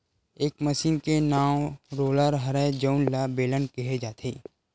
ए मसीन के नांव रोलर हरय जउन ल बेलन केहे जाथे